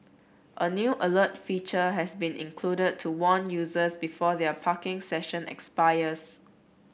a new alert feature has been included to warn users before their parking session expires